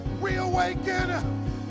Reawaken